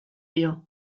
dio